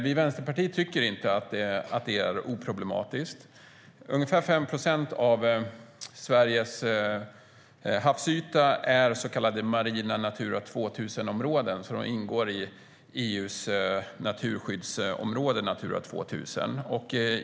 Vi i Vänsterpartiet tycker inte att det är oproblematiskt. Ungefär 5 procent av Sveriges havsyta ingår i så kallade marina Natura 2000-områden och därmed i EU:s naturskyddsområde Natura 2000.